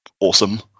awesome